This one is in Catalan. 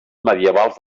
medievals